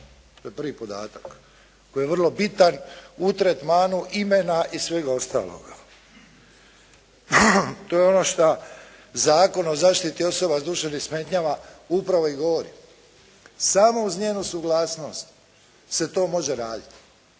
To je prvi podatak koji je vrlo bitan u tretmanu imena i svega ostaloga. To je ono što Zakon o zaštiti osoba s duševnim smetnjama upravo i govori. Samo uz njenu suglasnost se to može raditi.